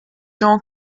jean